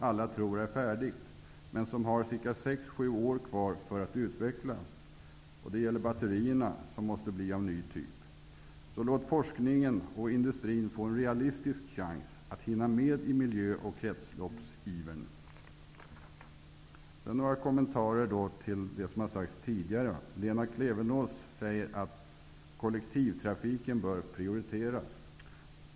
Alla tror att den är färdig, men man har ca 6--7 år kvar för att utveckla batterier, vilka måste vara av en ny typ. Låt forskningen och industrin få en realistisk chans att hinna med i miljö och kretsloppsivern. Jag har några kommentarer till det som har sagts av tidigare talare. Lena Klevenås säger att kollektivtrafiken bör prioriteras.